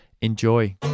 Enjoy